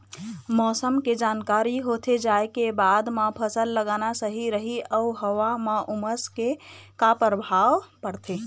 मौसम के जानकारी होथे जाए के बाद मा फसल लगाना सही रही अऊ हवा मा उमस के का परभाव पड़थे?